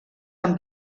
amb